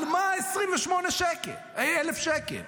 על מה 28,000 שקל?